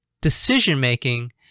decision-making